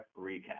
recap